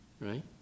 right